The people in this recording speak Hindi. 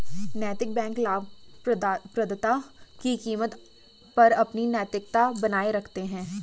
नैतिक बैंक लाभप्रदता की कीमत पर अपनी नैतिकता बनाए रखते हैं